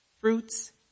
fruits